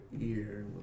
ear